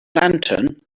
lantern